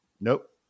Nope